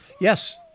Yes